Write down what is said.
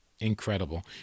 Incredible